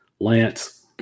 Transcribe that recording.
Lance